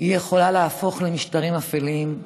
היא יכולה להפוך למשטרים אפלים.